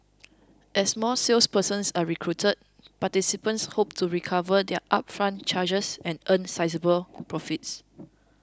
as more salespersons are recruited participants hope to recover their upfront charges and earn sizeable profits